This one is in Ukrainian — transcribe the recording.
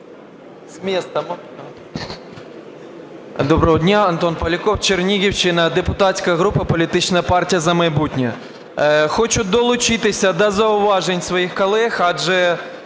Доброго дня! Антон Поляков, Чернігівщина, депутатська група політична "Партія "За майбутнє". Хочу долучитися до зауважень своїх колег. Адже